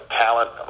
talent